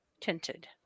tinted